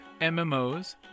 MMOs